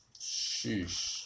Sheesh